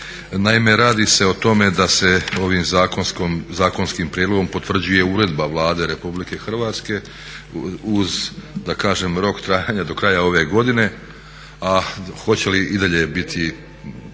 Naime radi se o tome da se ovim zakonskim prijedlogom potvrđuje uredba Vlade Republike Hrvatske uz da kažem rok trajanja do kraja ove godine a hoće li i dalje biti